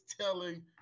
telling